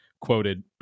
quoted